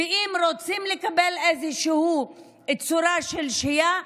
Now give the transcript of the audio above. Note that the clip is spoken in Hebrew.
אם אתם רוצים לקבל איזושהי צורה של שהייה,